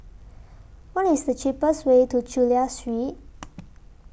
What IS The cheapest Way to Chulia Street